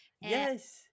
yes